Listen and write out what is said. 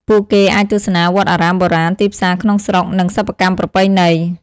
ពួកគេអាចទស្សនាវត្តអារាមបុរាណ ទីផ្សារក្នុងស្រុក និងសិប្បកម្មប្រពៃណី។